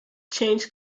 changed